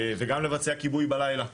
וגם לבצע כיבוי בלילה.